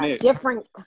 different